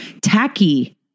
tacky